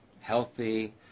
healthy